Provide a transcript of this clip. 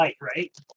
right